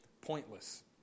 pointless